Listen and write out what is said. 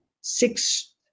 six